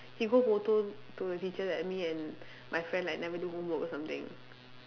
he go to the teacher that me and my friend like never do homework or something